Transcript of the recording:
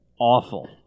Awful